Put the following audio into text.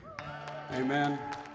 Amen